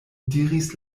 diris